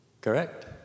Correct